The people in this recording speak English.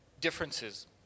differences